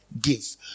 give